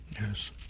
Yes